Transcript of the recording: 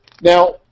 Now